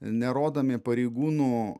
nerodomi pareigūnų